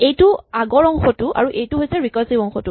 এইটো আগৰ অংশটো আৰু এইটো হৈছে ৰিকাৰছিভ অংশটো